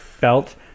belt